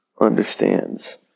understands